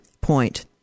point